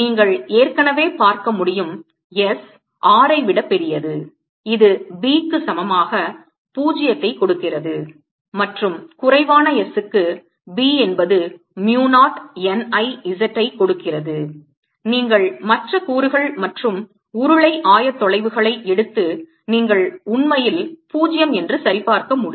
நீங்கள் ஏற்கனவே பார்க்க முடியும் s R ஐ விட பெரியது இது B க்கு சமமாக 0 ஐ கொடுக்கிறது மற்றும் குறைவான s க்கு B என்பது mu 0 n I z ஐ கொடுக்கிறது நீங்கள் மற்ற கூறுகள் மற்றும் உருளை ஆயத்தொலைவுகளை எடுத்து நீங்கள் உண்மையில் 0 என்று சரிபார்க்க முடியும்